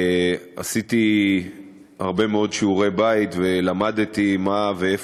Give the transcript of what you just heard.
עשיתי הרבה מאוד שיעורי-בית ולמדתי מה הם